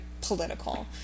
political